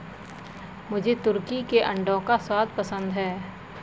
मुझे तुर्की के अंडों का स्वाद पसंद है